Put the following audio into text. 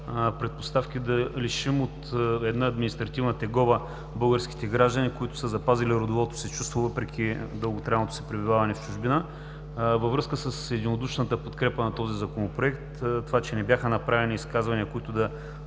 предпоставки да лишим от една административна тегоба българските граждани, които са запазили родовото си чувство въпреки дълготрайното си пребиваване в чужбина. Във връзка с единодушната подкрепа на този Законопроект и това, че не бяха направени изказвания, които да